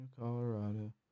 Colorado